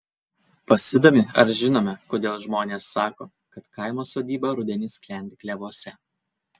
pasidomi ar žinome kodėl žmonės sako kad kaimo sodyba rudenį skendi klevuose